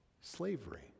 slavery